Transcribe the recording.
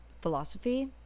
philosophy